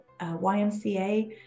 YMCA